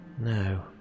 No